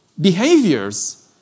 behaviors